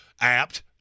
apt